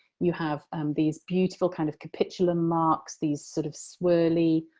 you have these beautiful, kind of, capitulum marks, these, sort of, swirly